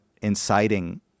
inciting